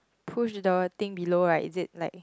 push the thing below right is it like